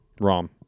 Rom